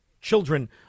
children